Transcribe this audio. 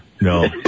No